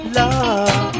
love